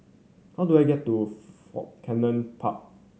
how do I get to Fort Canning Park